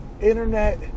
internet